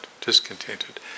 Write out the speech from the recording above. discontented